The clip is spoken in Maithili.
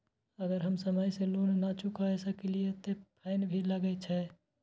अगर हम समय से लोन ना चुकाए सकलिए ते फैन भी लगे छै?